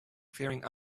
clearing